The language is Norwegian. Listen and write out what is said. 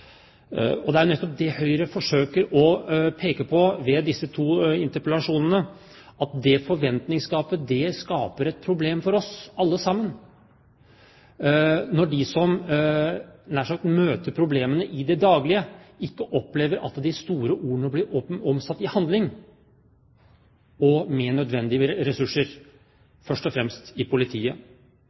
løft. Det er nettopp det Høyre forsøker å peke på ved disse to interpellasjonene, at det forventningsgapet skaper et problem for oss alle sammen når de som nær sagt møter problemene i det daglige, ikke opplever at de store ordene blir omsatt i handling og med nødvendige ressurser, først og fremst i politiet.